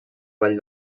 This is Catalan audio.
vall